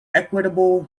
equitable